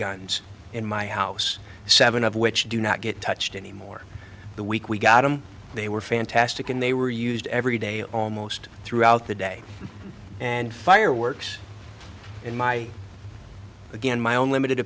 guns in my house seven of which do not get touched anymore the week we got them they were fantastic and they were used every day almost throughout the day and fireworks my again my own limited